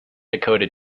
dakota